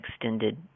extended